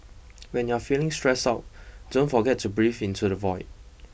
when you are feeling stressed out don't forget to breathe into the void